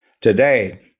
today